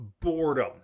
boredom